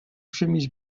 chemise